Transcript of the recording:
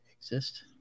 exist